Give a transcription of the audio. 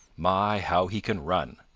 my, how he can run!